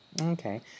Okay